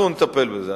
אנחנו נטפל בזה.